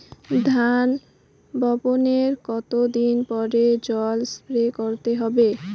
ধান বপনের কতদিন পরে জল স্প্রে করতে হবে?